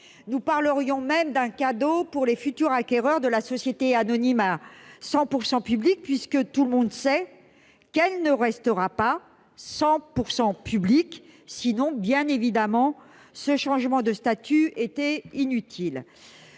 nous parlerions même d'un cadeau pour les futurs acquéreurs de la société anonyme à 100 pourcent public puisque tout le monde sait qu'elle ne restera pas 100 pourcent public sinon, bien évidemment, ce changement de statut était inutile